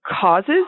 causes